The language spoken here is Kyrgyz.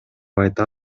айта